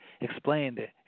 explained